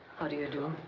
how do you do?